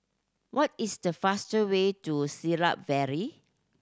what is the fastest way to Siglap Valley